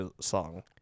song